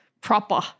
Proper